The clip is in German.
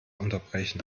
unterbrechen